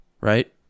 right